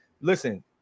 listen